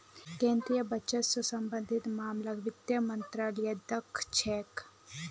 केन्द्रीय बजट स सम्बन्धित मामलाक वित्त मन्त्रालय द ख छेक